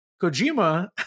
Kojima